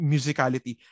Musicality